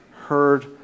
heard